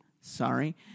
sorry